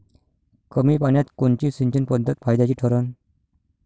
कमी पान्यात कोनची सिंचन पद्धत फायद्याची ठरन?